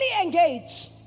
engage